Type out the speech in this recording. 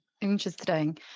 Interesting